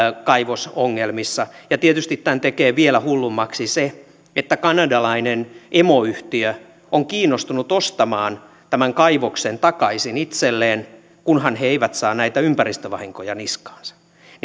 kaivosongelmissa tietysti tämän tekee vielä hullummaksi se että kanadalainen emoyhtiö on kiinnostunut ostamaan tämän kaivoksen takaisin itselleen kunhan he eivät saa näitä ympäristövahinkoja niskaansa